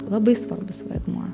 labai svarbus vaidmuo